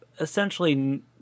essentially